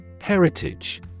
Heritage